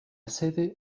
sede